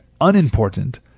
unimportant